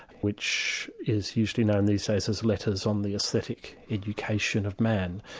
which is usually known these days as letters on the aesthetic education of man.